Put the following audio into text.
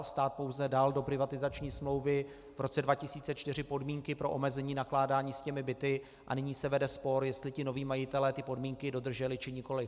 Stát pouze dal do privatizační smlouvy v roce 2004 podmínky pro omezení nakládání s těmi byty a nyní se vede spor, jestli noví majitelé ty podmínky dodrželi, či nikoliv.